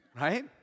right